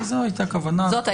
זאת הייתה הכוונה.